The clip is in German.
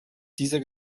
dieser